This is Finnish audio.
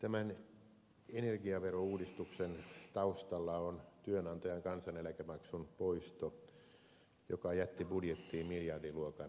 tämän energiaverouudistuksen taustalla on työnantajan kansaneläkemaksun poisto joka jätti budjettiin miljardiluokan rahoitusvajeen